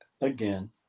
again